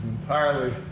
entirely